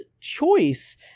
choice